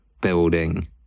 building